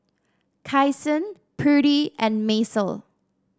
Kyson Prudie and Macel